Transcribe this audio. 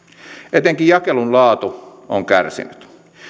etenkin jakelun laatu on kärsinyt